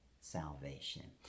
salvation